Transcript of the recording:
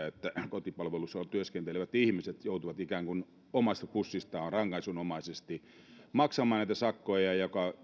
kotipalvelussa työskentelevät ihmiset joutuvat ikään kuin omasta pussistaan rankaisunomaisesti maksamaan näitä sakkoja